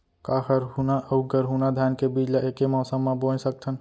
का हरहुना अऊ गरहुना धान के बीज ला ऐके मौसम मा बोए सकथन?